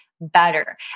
better